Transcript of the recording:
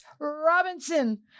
Robinson